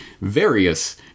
various